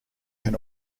can